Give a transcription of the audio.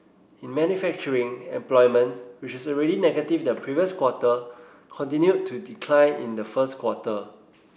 in manufacturing employment which is already negative the previous quarter continued to decline in the first quarter